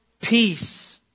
peace